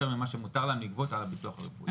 ממה שמותר להם לגבות על הביטוח הרפואי.